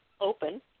open